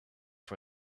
for